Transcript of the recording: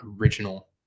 original